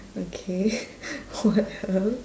okay what else